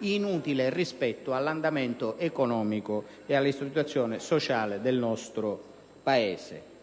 inutile rispetto all'andamento economico e alla situazione sociale del nostro Paese.